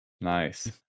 Nice